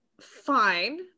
fine